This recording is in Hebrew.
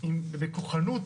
בכוחנות